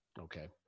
Okay